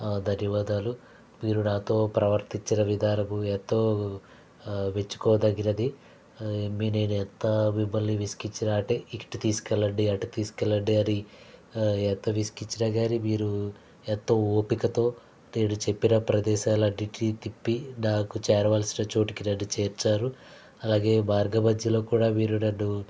ధన్యవాదాలు మీరు నాతో ప్రవర్తించిన విధానము ఎంతో మెచ్చుకోదగినది నేను ఎంత మిమ్మల్ని విసిగించిన అంటే ఇటు తీసుకెళ్లండి అటు తీసుకెళ్లండి అని ఎంత విసిగించినా కానీ మీరు ఎంత ఓపికతో నేను చెప్పిన ప్రదేశాలన్నిటిని తిప్పి నాకు చేరవలసిన చోటికి నన్ను చేర్చారు అలాగే మార్గమధ్యలో కూడా మీరు నన్ను